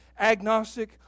agnostic